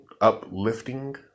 Uplifting